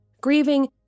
Grieving